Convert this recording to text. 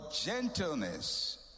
gentleness